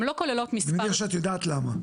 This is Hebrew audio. אני מניח שאת יודעת למה.